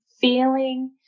feeling